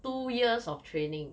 two years of training